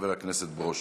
חבר הכנסת ברושי.